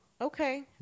Okay